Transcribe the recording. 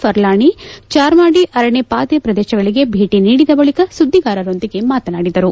ಪರ್ಲಾಣಿ ಚಾರ್ಮಾಡಿ ಅರಣೆಪಾದೆ ಪ್ರದೇಶಗಳಿಗೆ ಭೇಟಿ ನೀಡಿದ ಬಳಿಕ ಸುಧ್ದಿಗಾರರೊಂದಿಗೆ ಮಾತನಾಡಿದರು